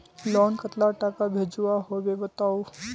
Loan कतला टाका भेजुआ होबे बताउ?